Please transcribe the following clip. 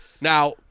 Now